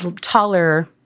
taller